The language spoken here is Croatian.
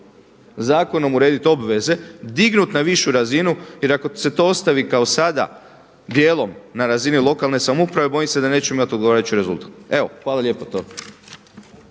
zakonom urediti obveze, dignuti na višu razinu jer ako se to ostavi kao sada dijelom na razini lokalne samouprave, bojim se da nećemo imati odgovarajući rezultat. Hvala lijepo.